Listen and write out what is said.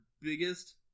biggest